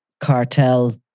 cartel